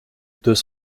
deux